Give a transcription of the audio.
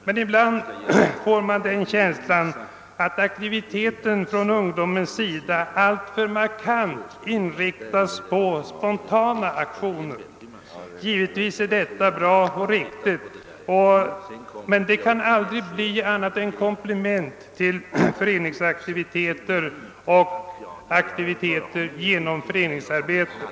Men ibland får man den känslan att aktiviteten från ungdomens sida alltför markant inriktas på spontana aktioner. Givetvis är detta bra och riktigt, men det kan aldrig bli annat än komplement till föreningsaktiviteter och aktiviteter genom föreningsarbete.